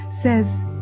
says